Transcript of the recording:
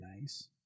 nice